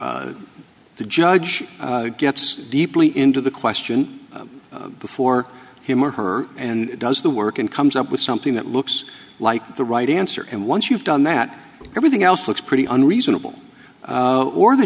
o judge gets deeply into the question before him or her and does the work and comes up with something that looks like the right answer and once you've done that everything else looks pretty unreasonable or the